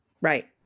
Right